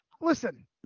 listen